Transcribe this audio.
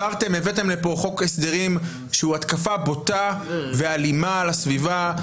הבאתם לפה חוק הסדרים שהוא התקפה בוטה ואלימה על הסביבה.